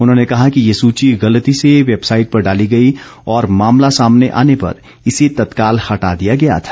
उन्होंने कहा कि यह सूची गलती से वेबसाइट पर डाली गई और मामला सामने आने पर इसे तत्काल हटा दिया गया था